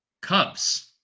Cubs